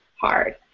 hard